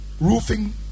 roofing